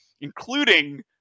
Including